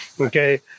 okay